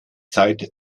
zeit